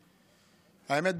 האמת,